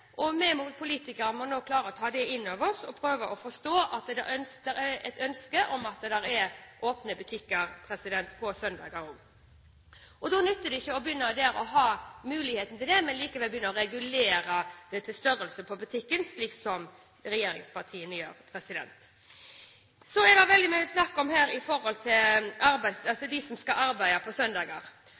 og vi politikere må nå klare å ta det inn over oss og prøve å forstå at det er et ønske om åpne butikker også på søndager. Da nytter det ikke der å gi mulighet til det, men likevel regulere etter størrelsen på butikken, slik som regjeringspartiene gjør. Det er her veldig mye snakk om dem som skal arbeide på søndager. For det første har jeg lyst til å slå fast at det er ikke noen tvang, folk er ikke nødt til å gå og handle på søndager.